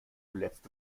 letzte